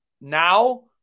now